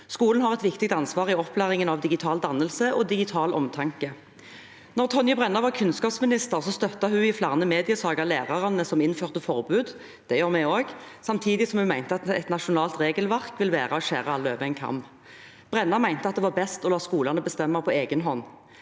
Skolen har et viktig ansvar i opplæringen av digital dannelse og digital omtanke. Da Tonje Brenna var kunnskapsminister, støttet hun i flere mediesaker lærere som innførte forbud – det gjorde vi også – samtidig som hun mente at et nasjonalt regelverk ville være å skjære alle over én kam. Brenna mente det var best å la skolene bestemme på egen hånd.